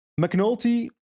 McNulty